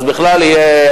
אז בכלל יהיה,